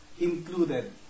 included